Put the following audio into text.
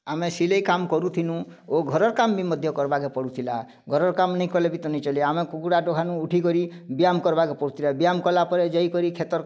ଆମେ ସିଲେଇ କାମ୍ କରୁଥିଲୁଁ ଓ ଘରର୍ କାମ ବି ମଧ୍ୟ କର୍ବାକେ ପଡ଼ୁଥିଲା ଘରର୍ କାମ୍ ନାଇ କଲେ ବି ତ ନାଇ ଚଲେ ଆମେ କୁକୁଡ଼ା ଡ଼କାନୁ ଉଠିକରି ବ୍ୟାୟାମ୍ କର୍ବାକେ ପଡ଼ୁଥିଲା ବ୍ୟାୟାମ୍ କଲାପରେ ଯାଇକରି ଖେତର୍